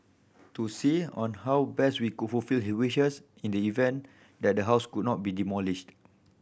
to see on how best we could fulfil his wishes in the event that the house could not be demolished